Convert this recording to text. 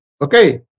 Okay